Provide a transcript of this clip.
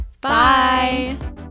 Bye